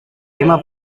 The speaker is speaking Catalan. tema